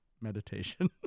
meditation